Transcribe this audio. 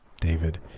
David